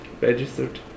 registered